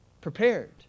prepared